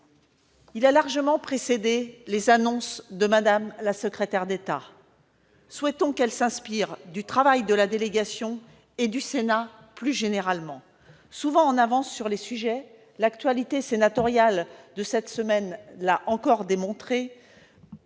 Il a largement précédé les annonces de Mme la secrétaire d'État. Souhaitons qu'elle s'inspire du travail de notre délégation et, plus généralement, de celui du Sénat, souvent en avance sur les sujets, l'actualité sénatoriale de cette semaine l'a encore démontré.